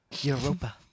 Europa